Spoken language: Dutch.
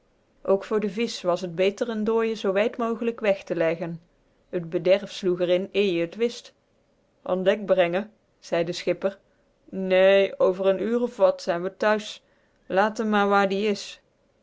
ook voor de visch was t beter n dooie zoo wijd mogelijk weg te leggen t bederf sloeg r in eer je t wist an dek brenge zei de schipper néé over n uur of wat zijn we thuis laat m maar waar die is